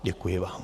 Děkuji vám.